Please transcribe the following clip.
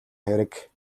хэрэг